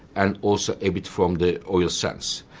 and also a bit from the oil sands.